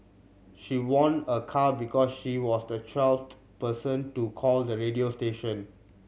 she won a car because she was the twelfth person to call the radio station